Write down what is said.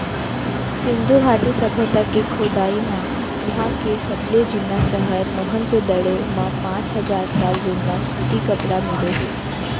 सिंधु घाटी सभ्यता के खोदई म उहां के सबले जुन्ना सहर मोहनजोदड़ो म पांच हजार साल जुन्ना सूती कपरा मिले हे